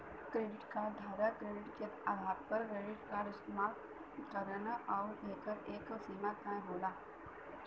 credit card धारक credit के आधार पर क्रेडिट कार्ड इस्तेमाल करलन आउर एकर एक तय सीमा होला